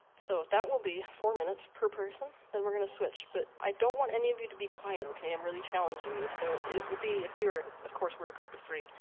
so, that will be four minutes per person. then we're gonna switch. but, i don't want any of you to be quiet ok? i'm really challenging you. so, it would be, if we were, of course we're a group of three,